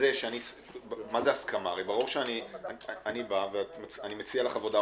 ברור שאני בא ומציע לך עבודה,